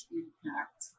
impact